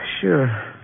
Sure